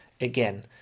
again